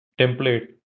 template